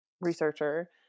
researcher